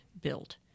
built